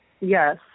Yes